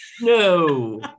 No